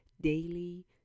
daily